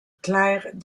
clerc